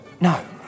No